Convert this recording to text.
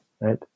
right